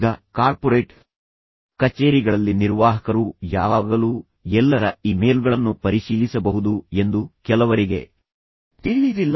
ಈಗ ಕಾರ್ಪೊರೇಟ್ ಕಚೇರಿಗಳಲ್ಲಿ ನಿರ್ವಾಹಕರು ಯಾವಾಗಲೂ ಎಲ್ಲರ ಇಮೇಲ್ಗಳನ್ನು ಪರಿಶೀಲಿಸಬಹುದು ಎಂದು ಕೆಲವರಿಗೆ ತಿಳಿದಿಲ್ಲ